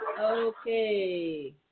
Okay